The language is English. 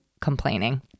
complaining